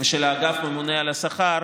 הממונה על השכר,